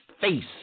face